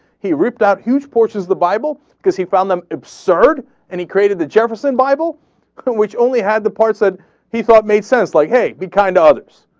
he ripped out huge portions of the bible because he found them absurd and he created the jefferson bible which only had the parts that he thought made sense like, hey, be kind to others.